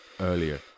earlier